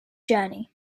journey